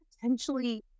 potentially